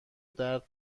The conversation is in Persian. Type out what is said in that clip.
درد